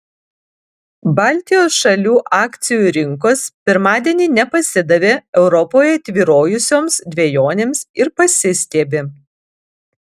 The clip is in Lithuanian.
baltijos šalių akcijų rinkos pirmadienį nepasidavė europoje tvyrojusioms dvejonėms ir pasistiebė